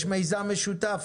יש מיזם משותף.